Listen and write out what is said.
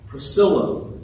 Priscilla